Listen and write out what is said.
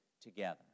together